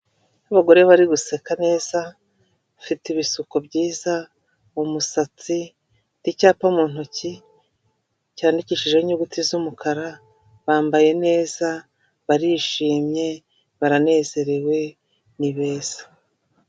Abagore bari guseka neza, bafite ibisuko byiza, umusatsi, icyapa mu ntoki cyandikishije inyuguti z'umukara, bambaye neza, barishimye, baranezerewe ni beza.